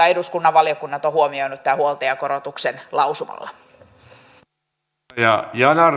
eduskunnan valiokunnat ovat huomioineet tämän huoltajakorotuksen lausumalla